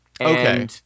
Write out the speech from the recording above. Okay